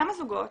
כמה זוגות